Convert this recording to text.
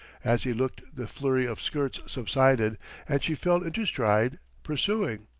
as he looked the flurry of skirts subsided and she fell into stride, pursuing.